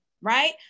Right